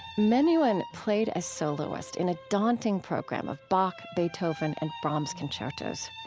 menuhin played as soloist in a daunting program of bach, beethoven and brahms concertos.